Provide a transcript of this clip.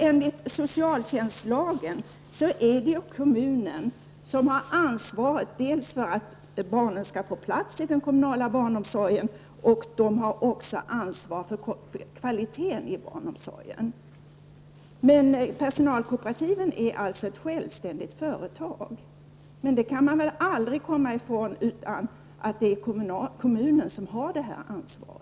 Enligt socialtjänstlagen är det kommunen som har ansvaret dels för att barnen skall få plats i den kommunala barnomsorgen, dels för kvaliteten i barnomsorgen. Men personalkooperativet är ett självständigt företag. Man kan aldrig komma ifrån att det är kommunen som har detta ansvar.